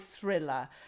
thriller